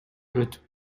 өтүп